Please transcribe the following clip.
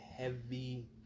Heavy